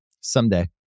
Someday